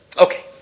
Okay